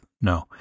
No